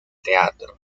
teatro